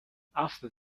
after